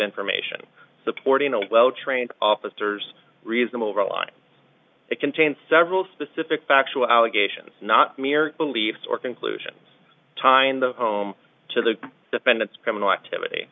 information supporting a well trained officers reasonable realize it contains several specific factual allegations not mere beliefs or conclusions tying the home to the defendant's criminal activity